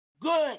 good